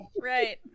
Right